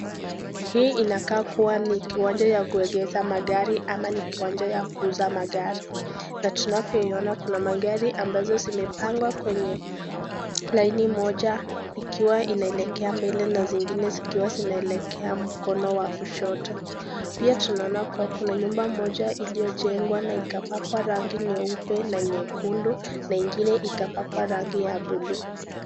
Hii inakaa kuwa ni kiwanja ya kuegeza magari ama ni kiwanja ya kuuza magari, na tunavyoiona kuna magari ambazo zimepangwa kwenye laini moja ikiwa inaelekea mbele na zingine zikiwa zinaelekea mkono wa kushoto. Pia tunaona kuwa kuna nyumba moja iliyojengwa na ikapakwa rangi nyeupe na nyekundu na ingine ikapakwa rangi ya blu.